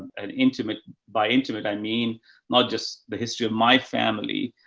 an intimate, by intimate, i mean not just the history of my family,